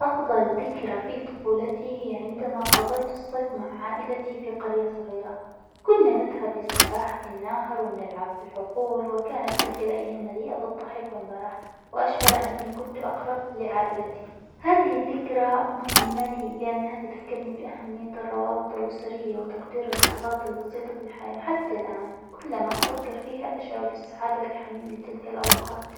أفظل ذكرى في طفولتي هى عندما قضيت الصيف مع عائلتي في قرية صغيرة ،كنا نذهب للسباحة في النهر ،ونلعب في الحقول ،وكانت تلك الأيام مليئة بالضحك ،والمرح ،وأشعر أنني كنت أقرب لعائلتي ،هذه الذكرى مهمة لي ؛ لأنها تذكرني بأهمية الروابط الأسرية وتقدير اللحظات البسيطة بالحياة، حتى الآن كلما أفكر فيها أشعر بالسعادة ،والحنين لتلك الأوقات.